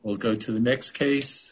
will go to the next case